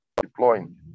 deploying